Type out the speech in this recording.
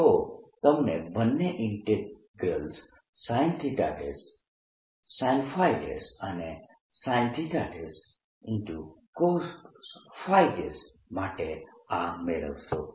તો તમને બંને ઈન્ટીગ્રલ્સ sinsinϕ અને sincosϕ માટે આ મેળવશો